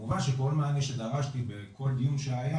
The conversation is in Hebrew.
כמובן שכל מענה שדרשתי בכל דיון שהיה,